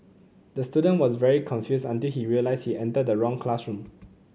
the student was very confused until he realised he entered the wrong classroom